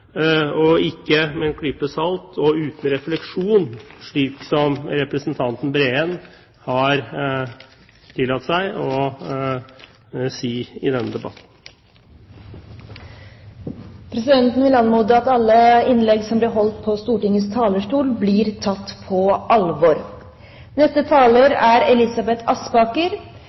alvor, ikke med «en klype salt» og «uten refleksjon», slik representanten Breen har tillatt seg å si i denne debatten. Presidenten vil anmode om at alle innlegg som blir holdt på Stortingets talerstol, blir tatt på alvor. Dette er